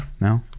No